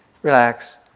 Relax